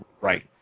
Right